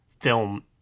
film